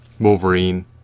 Wolverine